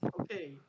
Okay